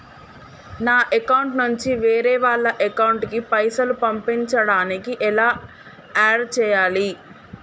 నా అకౌంట్ నుంచి వేరే వాళ్ల అకౌంట్ కి పైసలు పంపించడానికి ఎలా ఆడ్ చేయాలి?